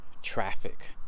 traffic